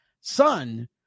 son